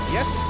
Yes